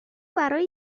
برای